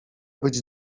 być